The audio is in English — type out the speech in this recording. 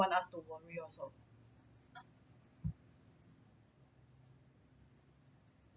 want us to worry also